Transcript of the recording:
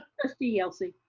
trustee yelsey.